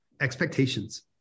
expectations